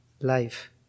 Life